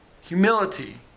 humility